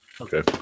Okay